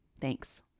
Thanks